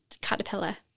Caterpillar